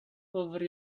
over